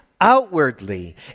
outwardly